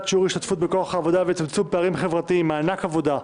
שיעור ההשתתפות בכוח העבודה ולצמצום פערים חברתיים (מענק עבודה)